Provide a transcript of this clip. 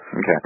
Okay